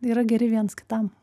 yra geri viens kitam